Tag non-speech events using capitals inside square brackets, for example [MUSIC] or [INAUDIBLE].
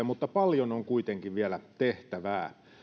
[UNINTELLIGIBLE] mutta paljon on kuitenkin vielä tehtävää